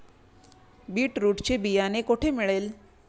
Beetroot चे बियाणे कोठे मिळेल?